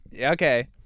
okay